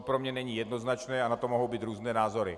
To pro mě není jednoznačné a na to mohou být různé názory.